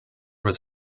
was